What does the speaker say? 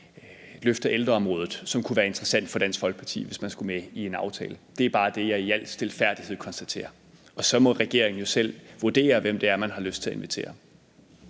løft af ældreområdet, som kunne være interessant for Dansk Folkeparti, altså hvis man skulle med i en aftale. Det er bare det, jeg i al stilfærdighed konstaterer, og så må regeringen jo selv vurdere, hvem det er, man har lyst til at invitere.